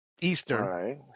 Eastern